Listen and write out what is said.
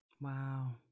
Wow